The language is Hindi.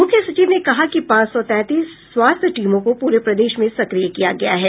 मुख्य सचिव ने कहा कि पांच सौ तैंतीस स्वास्थ्य टीमों को पूरे प्रदेश में सक्रिय किया गया है